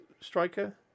Striker